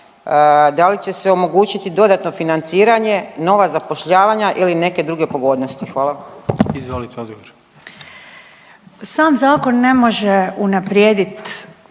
Da li će se omogućiti dodatno financiranje, nova zapošljavanja ili neke druge pogodnosti? Hvala. **Jandroković, Gordan